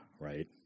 right